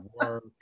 work